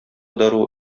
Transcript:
даруы